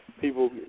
People